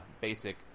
basic